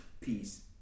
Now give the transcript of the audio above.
peace